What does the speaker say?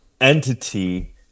entity